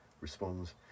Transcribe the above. responds